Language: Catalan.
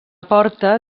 porta